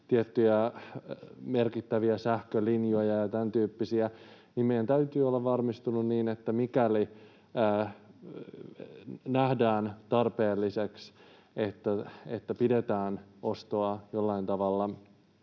tiettyjä merkittäviä sähkölinjoja ja tämäntyyppisiä. Meidän täytyy olla varmistuneita niin, että mikäli nähdään tarpeelliseksi, että pidetään ostoa jollain tavalla